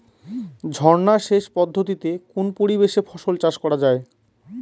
ঝর্না সেচ পদ্ধতিতে কোন পরিবেশে ফসল চাষ করা যায়?